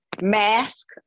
mask